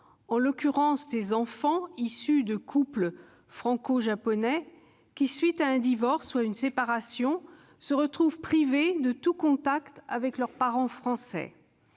en l'occurrence des enfants issus de couples franco-japonais qui, à la suite d'un divorce ou d'une séparation, se retrouvent privés de tout contact avec leur parent français